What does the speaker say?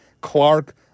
Clark